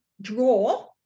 draw